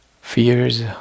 fears